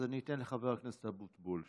אז אני אתן לחבר הכנסת אבוטבול.